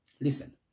Listen